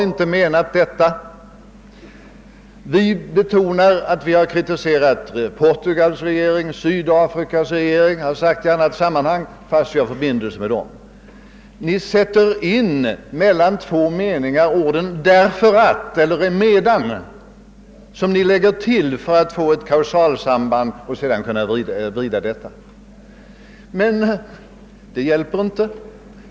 Från vårt håll har betonats att vi kritiserat Portugals och Sydafrikas regeringar fastän vårt land har förbindelser med dessa. — Herr Palme sätter mellan två satser in ett »därför att» eller »emedan» för att få ett kausalsammanhang, som han sedan utnyttjar.